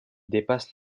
dépasse